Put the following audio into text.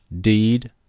deed